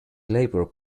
labour